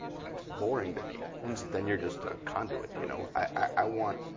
that's boring to me. and then you're just a conduit, you know. i want